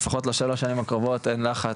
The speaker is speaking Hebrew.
לפחות לשלוש השנים הקרובות אין כל לחץ.